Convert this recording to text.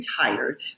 tired